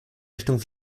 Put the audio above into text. richtung